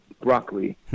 Broccoli